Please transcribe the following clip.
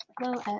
Hello